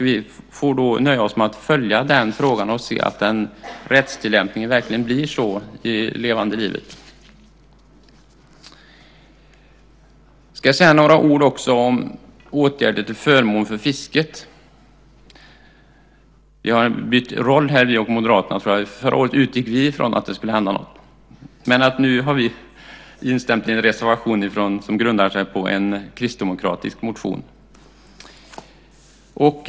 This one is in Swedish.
Vi får då nöja oss med att följa om rättstillämpningen verkligen blir så i levande livet. Jag ska också säga några ord om åtgärder till förmån för fisket. Jag tror att vi och Moderaterna har bytt roll här. Förra året utgick vi från att det skulle hända något. Men nu har vi instämt i en reservation som grundar sig på en kristdemokratisk motion.